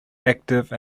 active